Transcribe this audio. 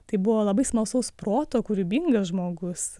tai buvo labai smalsaus proto kūrybingas žmogus